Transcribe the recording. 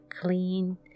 clean